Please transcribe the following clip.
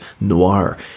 Noir